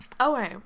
Okay